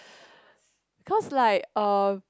cause like uh